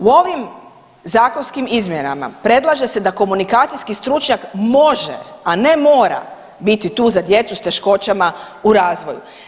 U ovim zakonskim izmjenama predlaže se da komunikacijski stručnjak može, a ne mora biti tu za djecu s teškoćama u razvoju.